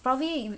probably